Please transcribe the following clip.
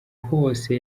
hose